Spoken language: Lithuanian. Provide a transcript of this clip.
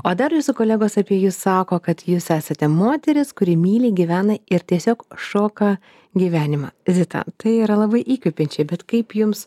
o dar jūsų kolegos apie jus sako kad jūs esate moteris kuri myli gyvena ir tiesiog šoka gyvenimą zita tai yra labai įkvepiančiai bet kaip jums